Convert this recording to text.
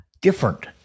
different